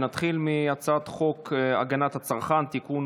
נתחיל מהצעת חוק הגנת הצרכן (תיקון,